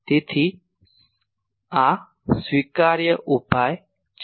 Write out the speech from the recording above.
તેથી સ્વીકાર્ય ઉપાય છે